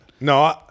no